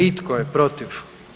I tko je protiv?